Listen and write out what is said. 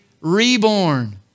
reborn